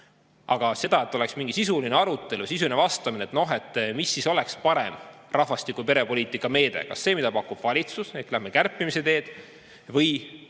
Aga seda, et oleks mingi sisuline arutelu, sisuline vastamine, et mis siis oleks parem rahvastiku‑ ja perepoliitika meede, kas see, mida pakub valitsus, ehk läheme kärpimise teed, või